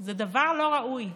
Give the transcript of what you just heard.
זה דבר לא ראוי.